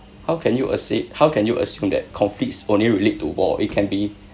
how can you uh say how can you assume that conflicts only relate to war it can be